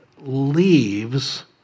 leaves